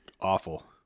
awful